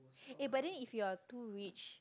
eh but then if you are too rich